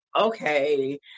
okay